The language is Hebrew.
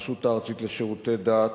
הרשות הארצית לשירותי דת,